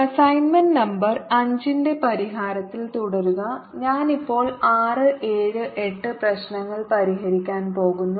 assignment number 5 ന്റെ പരിഹാരത്തിൽ തുടരുക ഞാൻ ഇപ്പോൾ 6 7 8 പ്രശ്നങ്ങൾ പരിഹരിക്കാൻ പോകുന്നു